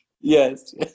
Yes